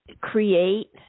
create